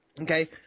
Okay